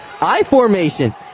I-formation